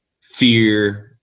fear